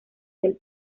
del